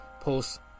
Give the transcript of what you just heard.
post